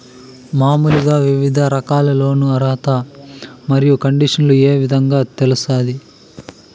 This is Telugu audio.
మామూలుగా వివిధ రకాల లోను అర్హత మరియు కండిషన్లు ఏ విధంగా తెలుస్తాది?